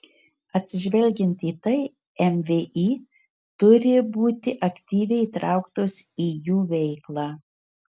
atsižvelgiant į tai mvį turi būti aktyviai įtrauktos į jų veiklą